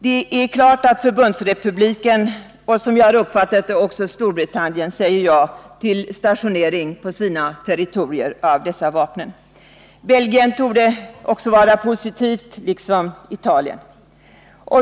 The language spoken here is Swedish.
Det är klart att Förbundsrepubliken och — som jag har uppfattat det — Storbritannien säger ja till stationering på sina territorier av dessa vapen. Belgien torde också vara positivt, liksom Italien.